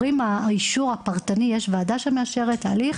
האישור הפרטני, יש ועדה שמאשרת את ההליך.